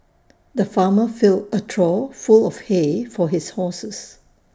the farmer filled A trough full of hay for his horses